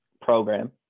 program